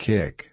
Kick